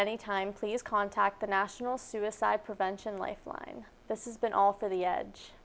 any time please contact the national suicide prevention lifeline this is been all for the edge